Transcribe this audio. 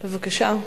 בבקשה.